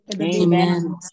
Amen